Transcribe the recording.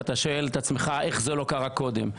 ואתה שואל את עצמך איך זה לא קרה קודם.